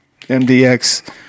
mdx